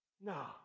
No